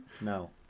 No